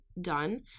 done